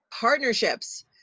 partnerships